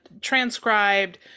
transcribed